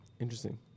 Interesting